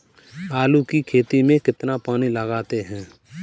आलू की खेती में कितना पानी लगाते हैं?